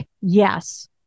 yes